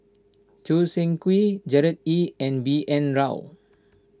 Choo Seng Quee Gerard Ee and B N Rao